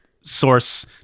source